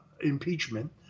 impeachment